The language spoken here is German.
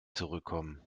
zurückkommen